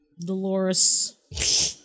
Dolores